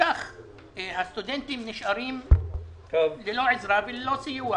וכך הסטודנטים נשארים ללא עזרה וללא סיוע.